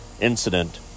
incident